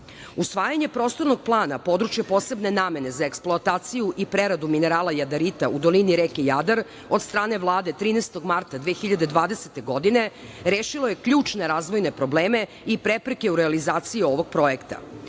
Usvajanje Prostornog plana područje posebne namene za eksploataciju i preradu minerala jadarita u dolini reke Jadar od strane Vlade 13. marta. 2020. godine rešilo je ključne razvojne probleme i prepreke u realizaciji ovog projekta. Kompanija